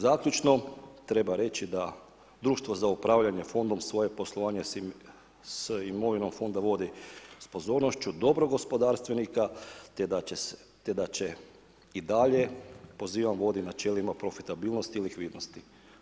Zaključno, treba reći da društvo za upravljanje fondom svoje poslovanje sa imovinom fonda vodi s pozornošću dobrog gospodarstvenika te da će i dalje pozivam vodi načelima profitabilnosti i likvidnosti.